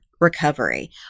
recovery